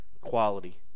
Quality